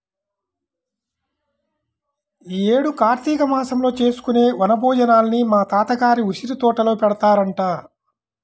యీ యేడు కార్తీక మాసంలో చేసుకునే వన భోజనాలని మా తాత గారి ఉసిరితోటలో పెడతారంట